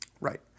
Right